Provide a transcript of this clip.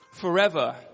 forever